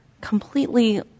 completely